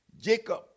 Jacob